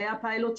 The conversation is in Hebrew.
היה פיילוט,